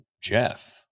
Jeff